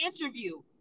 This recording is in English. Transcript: interview